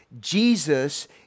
Jesus